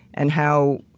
and how,